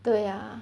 对呀